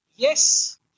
Yes